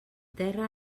terra